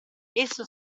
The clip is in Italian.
esso